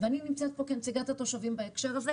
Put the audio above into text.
ואני נמצאת פה כנציגת התושבים בהקשר הזה.